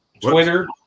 Twitter